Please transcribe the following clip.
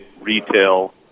retail